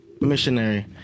missionary